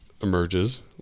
emerges